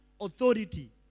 authority